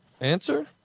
Answer